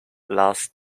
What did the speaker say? last